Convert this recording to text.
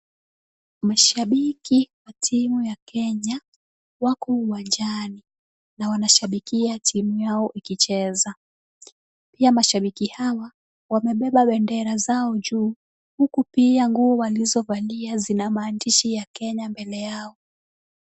Mashabiki wa timu ya Kenya wako uwanjani na wanashabikia timu yao ikicheza. Pia mashabiki hawa wamebeba bendera zao juu huku pia nguo walizovalia zina maandishi ya Kenya mbele yao.